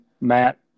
Matt